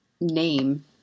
name